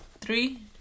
three